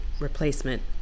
replacement